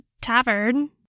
tavern